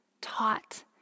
taught